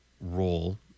role